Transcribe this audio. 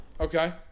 Okay